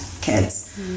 kids